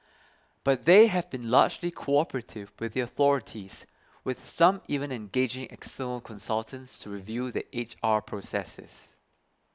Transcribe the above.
but they have been largely cooperative with the authorities with some even engaging external consultants to review their H R processes